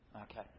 Okay